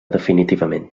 definitivament